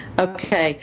okay